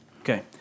Okay